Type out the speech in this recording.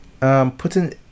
putting